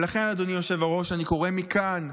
ולכן, אדוני היושב-ראש, אני קורא מכאן,